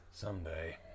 Someday